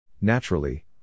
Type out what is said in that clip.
Naturally